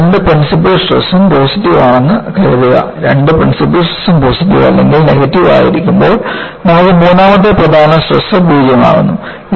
എനിക്ക് രണ്ട് principal stress ഉം പോസിറ്റീവ് ആണെന്ന് കരുതുക രണ്ട് പ്രിൻസിപ്പൾ സ്ട്രെസ് ഉം പോസിറ്റീവ് അല്ലെങ്കിൽ നെഗറ്റീവ് ആയിരിക്കുമ്പോൾ നമുക്ക് മൂന്നാമത്തെ പ്രധാന സ്ട്രെസ് 0 ആകുന്നു